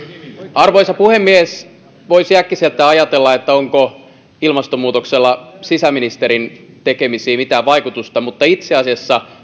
arvoisa puhemies voisi äkkiseltään ajatella että onko ilmastonmuutoksella sisäministerin tekemisiin mitään vaikutusta mutta itse asiassa